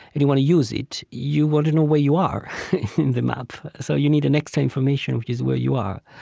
and you want to use it, you want to know where you are in the map. so you need and extra information, which is where you are.